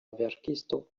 verkisto